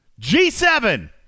g7